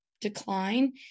decline